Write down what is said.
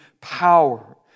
power